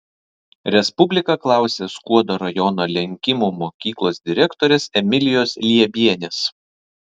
respublika klausė skuodo rajono lenkimų mokyklos direktorės emilijos liebienės